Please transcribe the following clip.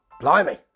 blimey